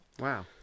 Wow